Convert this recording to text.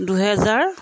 দুহেজাৰ